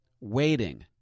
Waiting